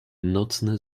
nocny